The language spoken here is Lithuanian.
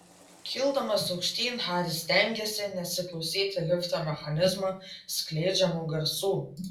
kildamas aukštyn haris stengėsi nesiklausyti lifto mechanizmo skleidžiamų garsų